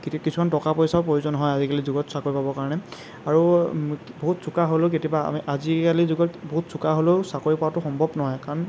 কিতি কিছুমান টকা পইচাৰো প্ৰয়োজন হয় আজিকালিৰ যুগত চাকৰি পাবৰ কাৰণে আৰু বহুত চোকা হ'লেও কেতিয়াবা আমি আজিকালিৰ যুগত বহুত চোকা হ'লেও চাকৰি পোৱাটো সম্ভৱ নহয় কাৰণ